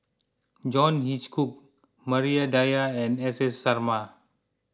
John Hitchcock Maria Dyer and S S Sarma